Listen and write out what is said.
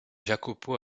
jacopo